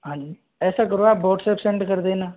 हाँ जी ऐसा करो आप व्हाट्सप्प सेंड कर देना